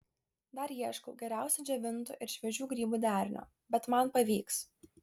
dar ieškau geriausio džiovintų ir šviežių grybų derinio bet man pavyks